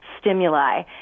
stimuli